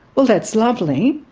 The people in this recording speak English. well, that's lovely,